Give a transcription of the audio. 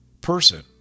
person